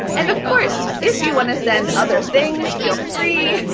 and of course if you want to send other things, feel free,